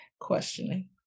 questioning